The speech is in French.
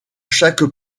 chaque